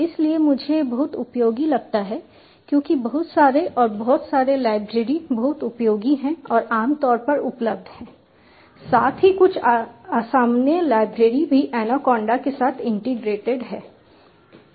इसलिए मुझे यह बहुत उपयोगी लगता है क्योंकि बहुत सारे और बहुत सारे लाइब्रेरी बहुत उपयोगी हैं और आमतौर पर उपलब्ध हैं साथ ही कुछ असामान्य लाइब्रेरी भी एनाकोंडा के साथ इंटीग्रेटेड हैं